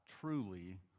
truly